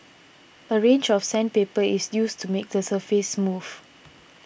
a range of sandpaper is used to make the surface smooth